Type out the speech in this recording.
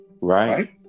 Right